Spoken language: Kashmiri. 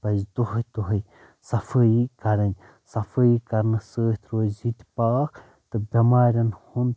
اتھ پزِ دۄہے دۄہے صفٲیی کرٕنۍ صفٲیی کرنہٕ سۭتۍ روزِ ییٚتہِ پاکھ تہٕ بیٚماریٚن ہُنٛد